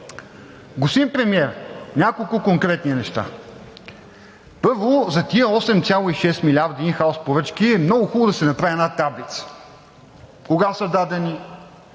Господин Премиер, няколко конкретни неща. Първо, за тези 8,6 милиарда ин хаус поръчки е много хубаво да се направи една таблица – кога са дадени,